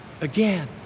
again